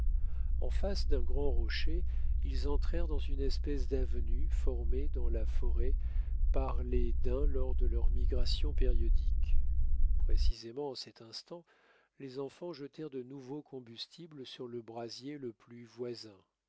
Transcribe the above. en face d'un grand rocher ils entrèrent dans une espèce d'avenue formée dans la forêt par les daims lors de leurs migrations périodiques précisément en cet instant les enfants jetèrent de nouveaux combustibles sur le brasier le plus voisin